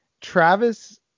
Travis